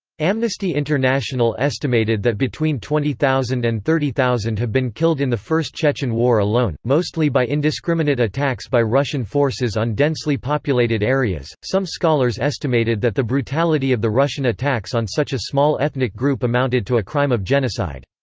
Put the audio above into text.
amnesty international estimated that between twenty thousand and thirty thousand have been killed in the first chechen war alone, mostly by indiscriminate attacks by russian forces on densly populated areas some scholars estimated that the brutality of the russian attacks on such a small ethnic group amounted to a crime of genocide.